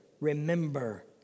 remember